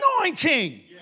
anointing